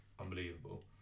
unbelievable